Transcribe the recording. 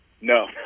No